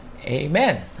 Amen